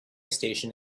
station